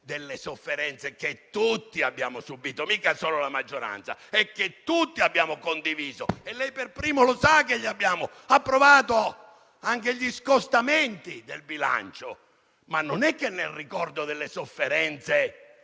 delle sofferenze che tutti abbiamo subito (mica solo la maggioranza) e che tutti abbiamo condiviso (e lei per primo sa che le abbiamo approvato anche gli scostamenti del bilancio), ma non è che, nel ricordo delle sofferenze,